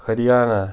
Haryana